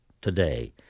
Today